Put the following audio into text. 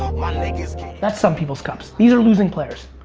that's some people's cups. these are losing players.